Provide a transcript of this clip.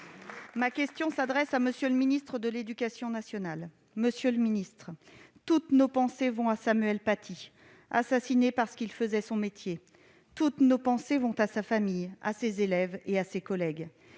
Ma question s'adresse à M. le ministre de l'éducation nationale. Toutes nos pensées vont à Samuel Paty, assassiné parce qu'il faisait son métier. Toutes nos pensées vont à sa famille, à ses élèves et à ses collègues,